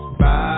bye